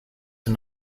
and